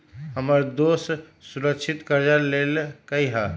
हमर दोस सुरक्षित करजा लेलकै ह